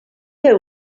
què